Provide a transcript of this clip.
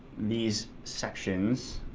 these sections.